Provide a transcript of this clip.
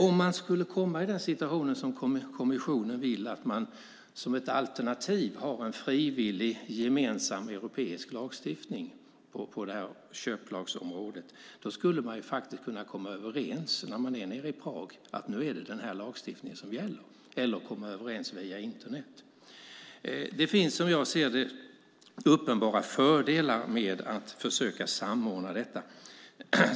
Om vi, som kommissionen vill, som ett alternativ skulle ha en frivillig gemensam europeisk lagstiftning på köplagsområdet skulle man faktiskt kunna komma överens nere i Prag om att nu är det den här lagstiftningen som gäller eller komma överens via internet. Det finns, som jag ser det, uppenbara fördelar med att försöka samordna detta.